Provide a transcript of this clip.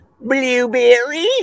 Blueberry